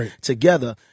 together